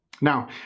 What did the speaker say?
Now